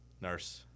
Nurse